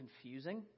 confusing